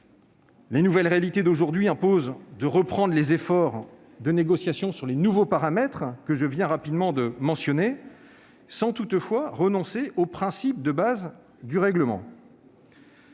Les nouvelles réalités d'aujourd'hui imposent de reprendre les efforts de négociation sur les nouveaux paramètres que je viens rapidement de mentionner, sans toutefois renoncer aux principes de base du règlement.